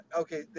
Okay